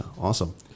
awesome